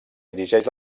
dirigeix